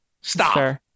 Stop